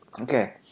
okay